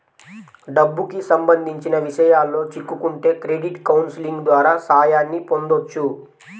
డబ్బుకి సంబంధించిన విషయాల్లో చిక్కుకుంటే క్రెడిట్ కౌన్సిలింగ్ ద్వారా సాయాన్ని పొందొచ్చు